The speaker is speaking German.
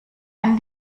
einen